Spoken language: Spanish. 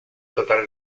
total